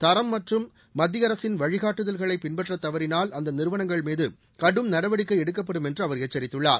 தரம் மற்றும் மத்திய அரசின் வழிகாட்டுதல்களை பின்பற்ற தவறினால் அந்த நிறுவனங்கள் மீது கடும் நடவடிக்கை எடுக்கப்படும் என்று அவர் எச்சரித்துள்ளார்